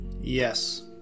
yes